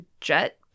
jet